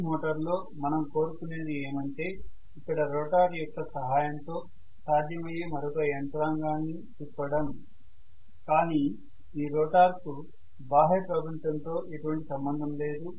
ఈ మోటార్ లో మనం కోరుకునేది ఏమంటే ఇక్కడ రోటర్ యొక్క సహాయంతో సాధ్యమయ్యే మరొక యంత్రాంగాన్ని తిప్పడం కానీ ఈ రోటర్కు బాహ్య ప్రపంచంతో ఎటువంటి సంబంధం లేదు